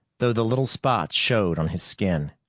though the little spots showed on his skin.